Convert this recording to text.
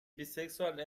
bisexual